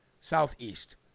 southeast